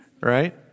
right